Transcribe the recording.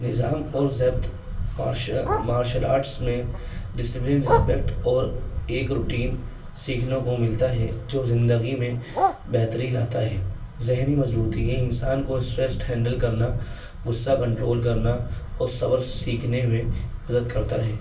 نظام اور ضبط مارشل آرٹس میں ڈسپلن رسپیکٹ اور ایک روٹین سیکھنے کو ملتا ہے جو زندگی میں بہتری لاتا ہے ذہنی مضبوطی ہے انسان کو اسٹریسٹ ہینڈل کرنا غصہ کنٹرول کرنا اور صبر سیکھنے میں مدد کرتا ہے